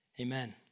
Amen